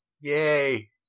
Yay